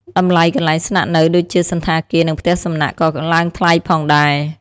តម្លៃកន្លែងស្នាក់នៅដូចជា សណ្ឋាគារ និងផ្ទះសំណាក់ក៏ឡើងថ្លៃផងដែរ។